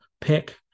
pick